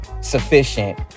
sufficient